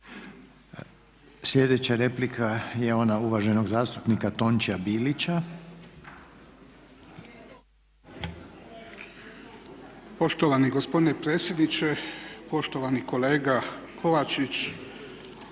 Sljedeća replika je ona uvaženog zastupnika Tončia Bilića. **Bilić, Tonći (SDP)** Poštovani gospodine predsjedniče. Poštovani kolega Kovačić,